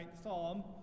Psalm